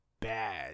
bad